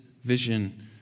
vision